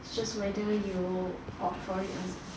it's just whether you off it or something